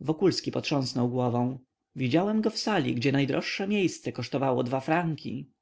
genialnym wokulski potrząsnął głową widziałem go w sali gdzie najdroższe miejsce kosztowało dwa franki